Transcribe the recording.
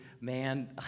man